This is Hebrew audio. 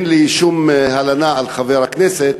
אין לי שום תלונה על חבר הכנסת,